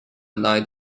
knight